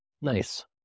Nice